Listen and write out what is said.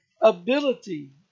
ability